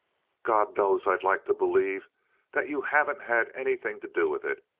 god knows i'd like to believe that you haven't had anything to do with it.